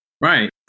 Right